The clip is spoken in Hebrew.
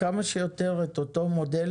כמה שיותר את אותו מודל,